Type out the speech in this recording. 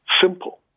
simple